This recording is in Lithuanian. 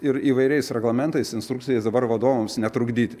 ir įvairiais reglamentais instrukcijas dabar vadovams netrukdyti